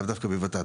לאו דווקא בות"ת,